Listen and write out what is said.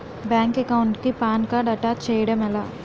Bank account కి PAN card attach చేయడం ఎలా?